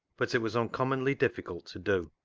but it was uncommonly diffi cult to do